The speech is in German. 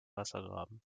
wassergraben